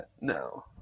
No